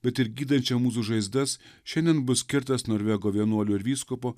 bet ir gydančią mūsų žaizdas šiandien bus skirtas norvego vienuolio ir vyskupo